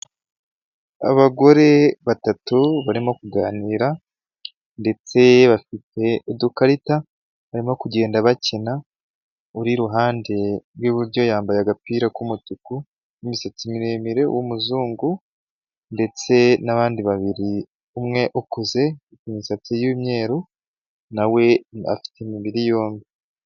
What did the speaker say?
Abagore batatu barimo kuganira ndetse bafite udukarita barimo kugenda bakina, uri i ruhande rw'iburyo yambaye agapira k'umutuku n'imisatsi miremire w'umuzungu ndetse n'abandi babiri, umwe ukuze ku misatsi y'umweru nawe afite imibiri yombi.